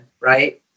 right